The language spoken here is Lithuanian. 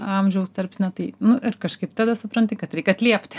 amžiaus tarpsnio tai nu ir kažkaip tada supranti kad reik atliepti